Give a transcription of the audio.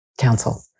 Council